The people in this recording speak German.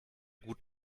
gut